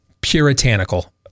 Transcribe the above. Puritanical